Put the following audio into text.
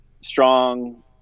strong